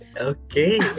Okay